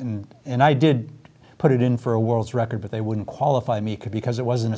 and and i did put it in for a world record but they wouldn't qualify me because it wasn't a